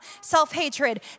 self-hatred